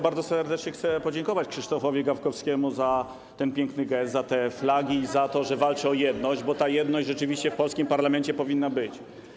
Bardzo serdecznie chcę podziękować Krzysztofowi Gawkowskiemu za ten piękny gest, za te flagi i za to, że walczy o jedność, bo ta jedność rzeczywiście w polskim parlamencie powinna być.